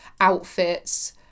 outfits